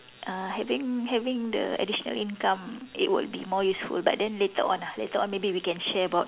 uh having having the additional income it would be more useful but then later on ah later on maybe we can share about